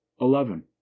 eleven